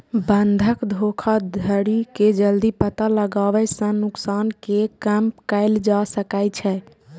बंधक धोखाधड़ी के जल्दी पता लगाबै सं नुकसान कें कम कैल जा सकै छै